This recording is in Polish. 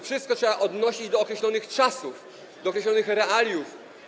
Wszystko trzeba odnosić do określonych czasów, do określonych realiów.